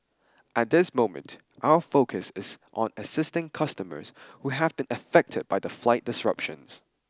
at this moment our focus is on assisting customers who have been affected by the flight disruptions